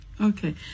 Okay